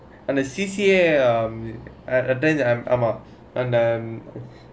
and the C_C_A um and attend ஆமா:aamaa and um